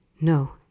No